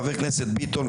חה"כ ביטון,